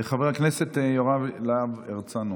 חבר הכנסת יוראי להב הרצנו.